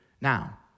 Now